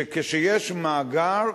שכשיש מאגר,